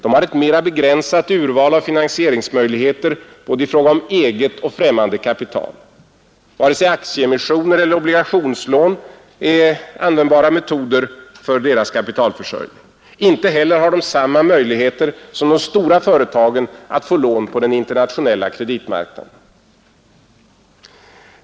De har ett mera begränsat urval av finansieringsmöjligheter både i fråga om eget och främmande kapital. Varken aktieemissioner eller obligationslån är användbara metoder för deras kapitalförsörjning. Inte heller har de samma möjligheter som de stora företagen att få lån på den internationella kreditmarknaden.